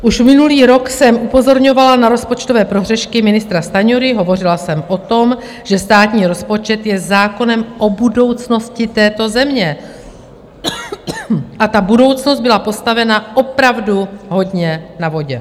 Už minulý rok jsem upozorňovala na rozpočtové prohřešky ministra Stanjury, hovořila jsem o tom, že státní rozpočet je zákonem o budoucnosti této země, a ta budoucnost byla postavena opravdu hodně na vodě.